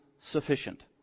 sufficient